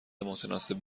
متناسب